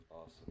Awesome